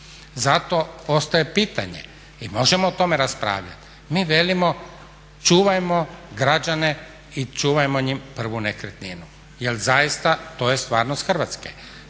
Zato postoji pitanje i možemo o tome raspravljat. Mi velimo čuvajmo građane i čuvajmo prvu nekretninu jer zaista to je stvarnost Hrvatske.